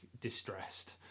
distressed